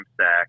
stack